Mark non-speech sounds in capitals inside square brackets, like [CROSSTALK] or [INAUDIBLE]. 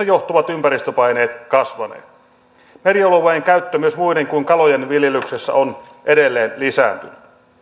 [UNINTELLIGIBLE] johtuvat ympäristöpaineet kasvaneet merialueen käyttö myös muiden kuin kalojen viljelyksessä on edelleen lisääntynyt